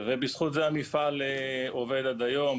ובזכות זה המפעל עובד עד היום,